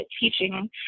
teaching